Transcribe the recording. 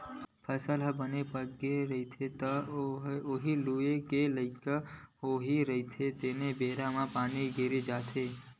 फसल ह बने पाकगे रहिथे, तह ल उही लूए के लइक होवइया रहिथे तेने बेरा म पानी, गरेरा आ जाथे